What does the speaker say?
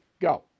Go